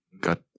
got